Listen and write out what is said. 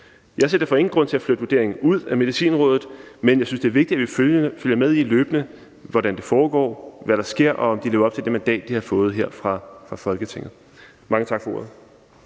Jeg ser derfor ingen grund til at flytte vurderingen ud af Medicinrådet, men jeg synes, det er vigtigt, at vi løbende følger med i, hvordan det foregår, hvad der sker, og om de lever op til det mandat, de har fået her fra Folketinget. Mange tak for ordet.